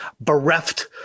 bereft